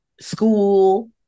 school